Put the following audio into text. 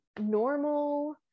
normal